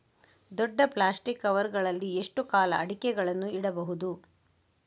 ದೊಡ್ಡ plastic cover ಗಳಲ್ಲಿ ಎಷ್ಟು ಕಾಲ ಅಡಿಕೆಗಳನ್ನು ಇಡಬಹುದು?